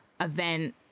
event